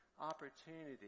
opportunity